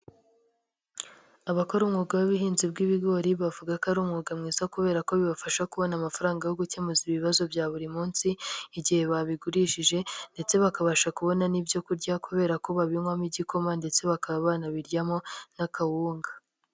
Abakora umwuga w'ubuhinzi bw'ibigori bavuga ko ari umwuga mwiza kubera ko bibafasha kubona amafaranga yo gukemuza ibibazo bya buri munsi, igihe babigurishije ndetse bakabasha kubona n'ibyo kurya kubera ko babinywamo igikoma ndetse bakaba banabiryamo n'akawunga.